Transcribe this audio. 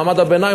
מעמד הביניים,